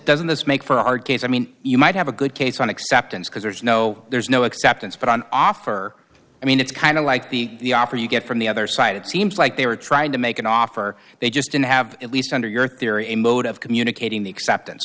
doesn't this make for a hard case i mean you might have a good case on acceptance because there's no there's no acceptance but on offer i mean it's kind of like being at the opera you get from the other side it seems like they were trying to make an offer they just didn't have at least under your theory a mode of communicating the acceptance